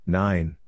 nine